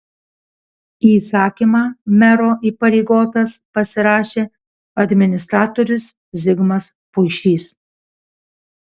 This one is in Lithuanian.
įsakymą mero įpareigotas pasirašė administratorius zigmas puišys